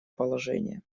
положение